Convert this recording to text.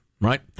right